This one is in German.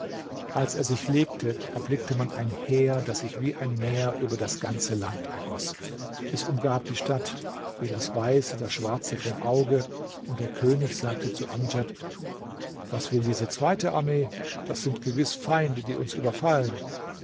als er sich legte erblickte man ein heer das sich wie ein meer über das ganze land ergoß es umgab die stadt wie das weiße das schwarze vom auge und der könig sagte zu amdjad was will diese zweite armee das sind gewiß feinde die uns überfallen